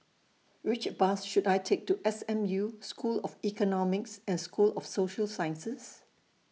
Which Bus should I Take to S M U School of Economics and School of Social Sciences